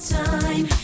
time